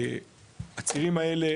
הצירים האלה